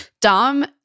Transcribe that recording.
Dom